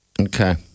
Okay